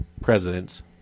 presidents